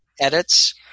edits